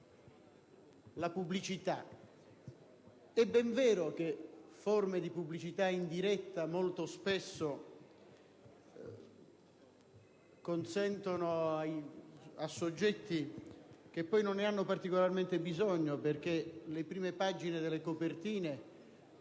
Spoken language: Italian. la pubblicità. È ben vero che forme di pubblicità indiretta molto spesso recano vantaggi a soggetti che poi non ne hanno particolare bisogno (perché le prime pagine delle copertine, ove